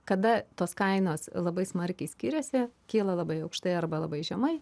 kada tos kainos labai smarkiai skiriasi kyla labai aukštai arba labai žemai